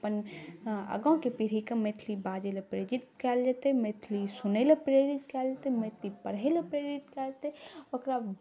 अपन आगाँके पीढ़ीके मैथिली बाजैलए प्रेरित कएल जेतै मैथिली सुनैलए प्रेरित कएल जेतै मैथिली पढ़ैलए प्रेरित कएल जेतै ओकरा